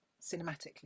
cinematically